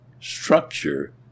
structure